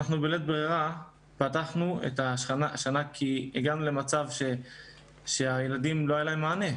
בלית ברירה פתחנו את השנה כי הגענו למצב שלילדים לא היה מענה.